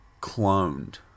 cloned